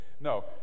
No